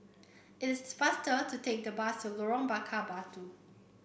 it is the faster to take the bus to Lorong Bakar Batu